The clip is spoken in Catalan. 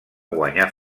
guanyar